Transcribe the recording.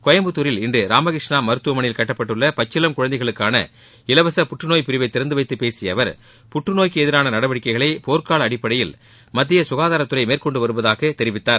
கோயம்பத்தூரில் இன்று ராமகிருஷ்ணா மருத்துவமனையில் கட்டப்பட்டுள்ள பச்சிளம் குழந்தைகளுக்கான இலவச புற்றுநோய் பிரிவை திறந்து வைத்துப் பேசிய அவர் புற்றுநோய்க்கு எதிரான நடவடிக்கைகளை போர்க்கால அடிப்படையில் மத்திய சுகாதாரத்துறை மேற்கொண்டு வருவதாகத் தெரிவித்தார்